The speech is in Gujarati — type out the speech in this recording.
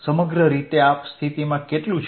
સમગ્ર રીતે આ સ્થિતિમાં કેટલું છે